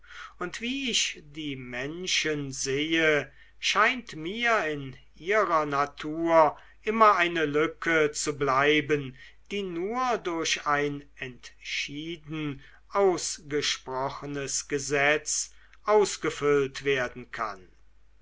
und wie ich die menschen sehe scheint mir in ihrer natur immer eine lücke zu bleiben die nur durch ein entschieden ausgesprochenes gesetz ausgefüllt werden kann